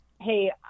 Hey